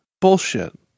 Bullshit